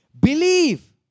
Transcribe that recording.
Believe